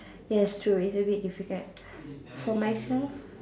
yes true it's a bit difficult for myself